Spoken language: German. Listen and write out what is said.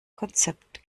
konzept